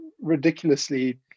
ridiculously